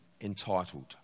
entitled